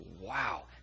Wow